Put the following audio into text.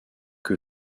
que